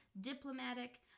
diplomatic